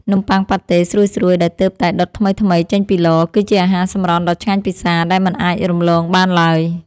នំបុ័ងប៉ាតេស្រួយៗដែលទើបតែដុតថ្មីៗចេញពីឡ គឺជាអាហារសម្រន់ដ៏ឆ្ងាញ់ពិសាដែលមិនអាចរំលងបានឡើយ។